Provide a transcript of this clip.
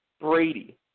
Brady